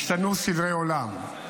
אז השתנו סדרי עולם,